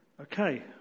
Okay